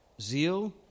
zeal